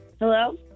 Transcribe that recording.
Hello